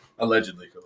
Allegedly